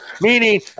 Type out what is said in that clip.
meaning